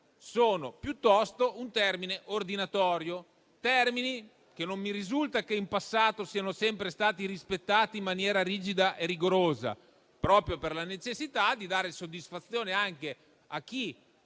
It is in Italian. ma ordinatorio. Si tratta di termini che non mi risulta che in passato siano sempre stati rispettati in maniera rigida e rigorosa proprio per la necessità di dare soddisfazione anche a chi